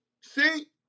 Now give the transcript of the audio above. See